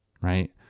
right